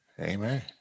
Amen